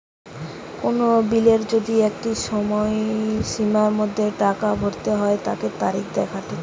কোন বিলের যদি একটা সময়সীমার মধ্যে টাকা ভরতে হই তার তারিখ দেখাটিচ্ছে